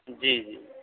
جی جی